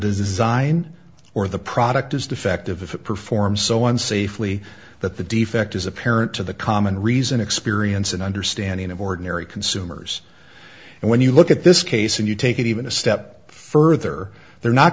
design or the product is defective if it performs so unsafely that the defect is apparent to the common reason experience and understanding of ordinary consumers and when you look at this case and you take it even a step further they're not